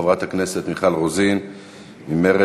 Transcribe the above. חברת הכנסת מיכל רוזין ממרצ,